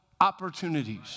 opportunities